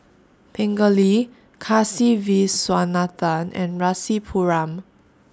Pingali Kasiviswanathan and Rasipuram